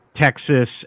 Texas